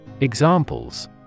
Examples